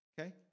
Okay